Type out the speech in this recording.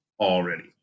already